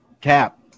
Cap